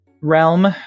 realm